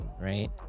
right